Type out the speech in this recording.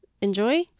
enjoy